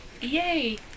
yay